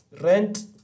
rent